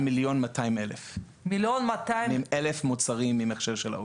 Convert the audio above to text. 1.2 מיליון מוצרים עם הכשר של ה-OU.